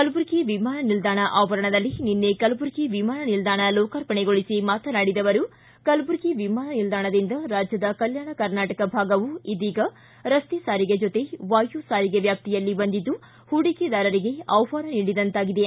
ಕಲಬುರಗಿ ವಿಮಾನ ನಿಲ್ದಾಣ ಆವರಣದಲ್ಲಿ ನಿನ್ನೆ ಕಲಬುರಗಿ ವಿಮಾನ ನಿಲ್ದಾಣ ಲೋಕಾರ್ಪಣೆಗೊಳಿಸಿ ಮಾತನಾಡಿದ ಅವರು ಕಲಬುರಗಿ ವಿಮಾನ ನಿಲ್ದಾಣದಿಂದ ರಾಜ್ಯದ ಕಲ್ಕಾಣ ಕರ್ನಾಟಕ ಭಾಗವು ಇದೀಗ ರಸ್ತೆ ಸಾರಿಗೆ ಜೊತೆ ವಾಯು ಸಾರಿಗೆ ವ್ಕಾಪ್ತಿಯಲ್ಲಿ ಬಂದಿದ್ದು ಪೂಡಿಕೆದಾರರಿಗೆ ಆಪ್ಪಾನ ನೀಡಿದಂತಾಗಿದೆ